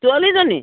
ছোৱালীজনী